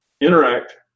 interact